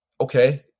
okay